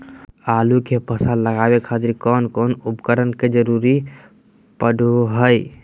आलू के फसल लगावे खातिर कौन कौन उपकरण के जरूरत पढ़ो हाय?